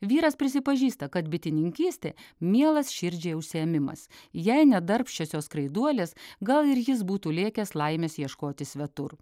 vyras prisipažįsta kad bitininkystė mielas širdžiai užsiėmimas jei ne darbščiosios skraiduolės gal ir jis būtų lėkęs laimės ieškoti svetur